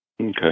Okay